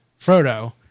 Frodo